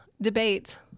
debate